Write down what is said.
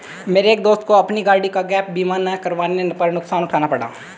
मेरे एक दोस्त को अपनी गाड़ी का गैप बीमा ना करवाने पर नुकसान उठाना पड़ा